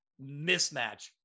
mismatch